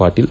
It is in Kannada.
ಪಾಟೀಲ್